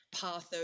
path